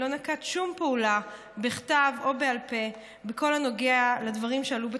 לא נקט שום פעולה בכתב או בעל פה בכל הנוגע לדברים שעלו בתחקיר.